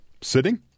Sitting